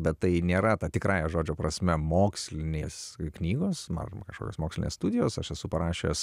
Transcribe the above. bet tai nėra ta tikrąja žodžio prasme mokslinės knygos na kažkokios mokslinės studijos aš esu parašęs